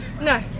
No